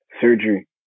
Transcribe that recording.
surgery